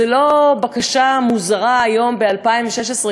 זו לא בקשה מוזרה היום ב-2016,